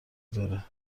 بره